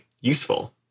useful